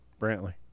brantley